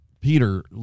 Peter